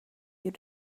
you